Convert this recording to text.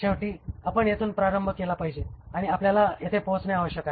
शेवटी आपण येथून प्रारंभ केला पाहिजे आणि आपल्याला येथे पोचणे आवश्यक आहे